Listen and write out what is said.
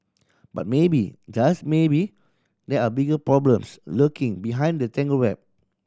but maybe just maybe there are bigger problems lurking behind the tangled web